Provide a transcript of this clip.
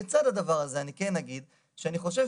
לצד הדבר הזה אני כאן אגיד שאני חושב